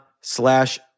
slash